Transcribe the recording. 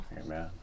Amen